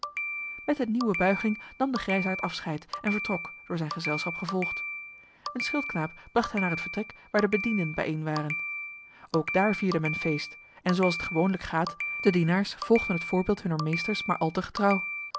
met eene nieuwe buiging nam de grijsaard afscheid en vertrok door zijn gezelschap gevolgd een schildknaap bracht hen naar het vertrek waar de bedienden bijeen waren ook daar vierde men feest en zooals het gewoonlijk gaat de dienaars volgden het voorbeeld hunner meesters maar al te getrouw